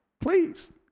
please